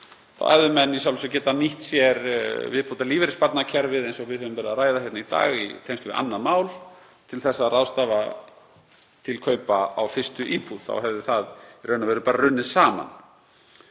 Þá hefðu menn í sjálfu sér getað nýtt sér viðbótarlífeyrissparnaðarkerfið eins og við höfum verið að ræða hér í dag, í tengslum við annað mál, til að ráðstafa til kaupa á fyrstu íbúð. Þá hefði það bara runnið saman